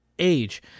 age